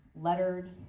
lettered